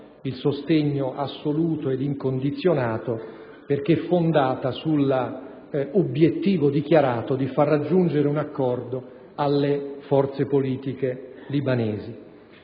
il sostegno assoluto e incondizionato perché fondata sull'obiettivo dichiarato di far raggiungere un accordo alle forze politiche libanesi.